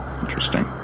Interesting